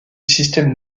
système